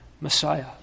Messiah